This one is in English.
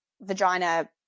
vagina